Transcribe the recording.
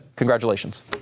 Congratulations